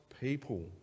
people